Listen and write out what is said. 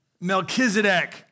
Melchizedek